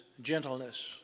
gentleness